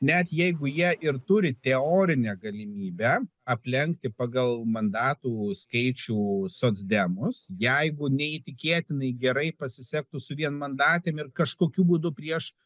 net jeigu jie ir turi teorinę galimybę aplenkti pagal mandatų skaičių socdemus jeigu neįtikėtinai gerai pasisektų su vienmandatėm ir kažkokiu būdu prieš